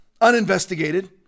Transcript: uninvestigated